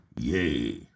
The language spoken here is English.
yay